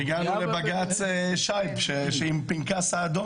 אז הגענו לבג"ץ שייב שעם פנקס האדום